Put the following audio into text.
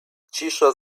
cisza